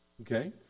okay